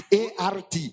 art